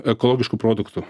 ekologiškų produktų